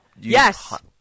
Yes